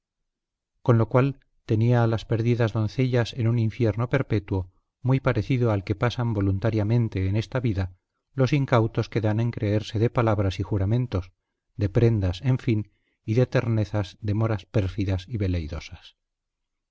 con lo cual tenía a las perdidas doncellas en un infierno perpetuo muy parecido al que pasan voluntariamente en esta vida los incautos que dan en creerse de palabras y juramentos de prendas en fin y de ternezas de moras pérfidas y